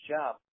job